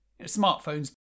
Smartphones